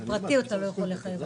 בפרטית אתה לא יכול לחייב.